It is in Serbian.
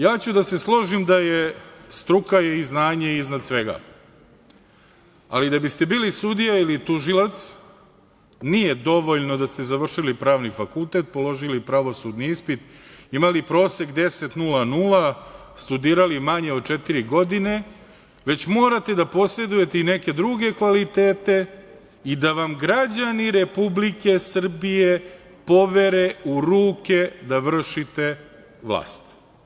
Ja ću da se složim da su struka i znanje iznad svega, ali da biste bili sudija ili tužilac nije dovoljno da ste završili pravni fakultet, položili pravosudni ispit, imali prosek 10,00, studirali manje od četiri godine, već morate da posedujete i neke druge kvalitete i da vam građani Republike Srbije povere u ruke da vršite vlast.